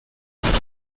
aferon